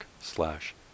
slash